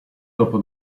dopo